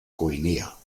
guinea